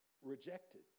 rejected